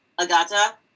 Agata